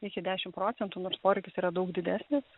iki dešim procentų nors poreikis yra daug didesnis